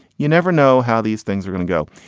you never know how these things are going to go,